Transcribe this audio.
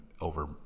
over